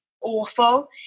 awful